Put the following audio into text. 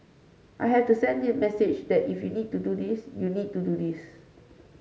I have to send the message that if you need to do this you need to do this